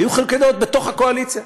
היו חילוקי דעות בתוך הקואליציה.